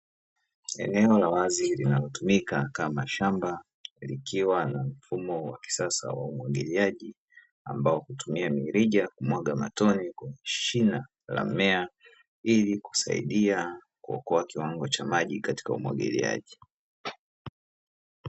Eneo la wazi linalotumika kama shamba, likiwa na mfumo wa kisasa wa umwagiliaji, ambao hutumia mirija ya kumwaga matone kwenye shina la mmea, ili kusaidia kuokoa kiwango cha maji katika umwagiliaji.